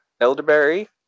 elderberry